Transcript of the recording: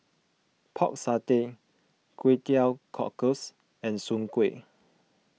Pork Satay Kway Teow Cockles and Soon Kway